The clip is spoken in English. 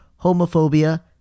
homophobia